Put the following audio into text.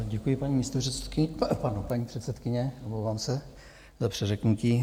Děkuji, paní místopředsedkyně, pardon, paní předsedkyně, omlouvám se za přeřeknutí.